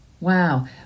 wow